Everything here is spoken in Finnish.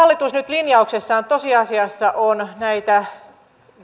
linjauksessaan tosiasiassa on näitä